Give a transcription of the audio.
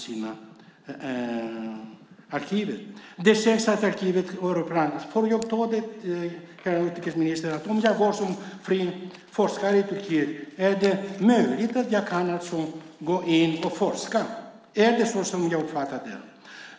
Kan jag tolka det så, herr utrikesminister, att jag som fri forskare i Turkiet kan gå in i arkiven och forska? Är det så?